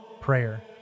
prayer